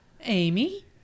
Amy